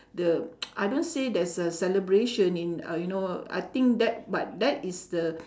the I don't say there's a celebration in uh you know I think that but that is the